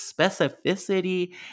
specificity